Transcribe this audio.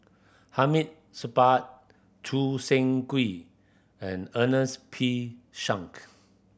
Hamid Supaat Choo Seng Quee and Ernest P Shank